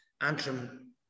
Antrim